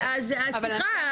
אבל אני כן --- אז סליחה,